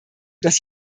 dass